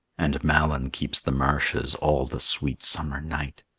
and malyn keeps the marshes all the sweet summer night,